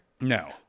no